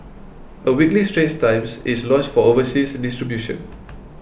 a weekly Straits Times is launched for overseas distribution